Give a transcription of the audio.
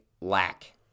lack